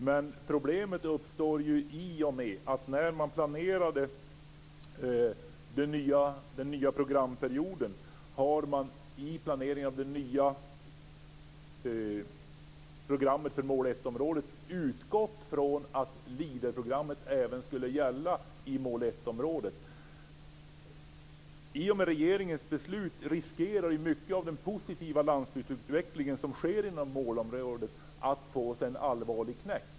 Men problemet uppstår ju i och med att man i planeringen av det nya programmet för mål 1-området har utgått ifrån att Regeringens beslut innebär att mycket av den positiva landsbygdsutveckling som sker inom målområdet riskerar att få sig en allvarlig knäck.